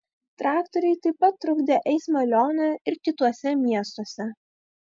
traktoriai taip pat trukdė eismą lione ir kituose miestuose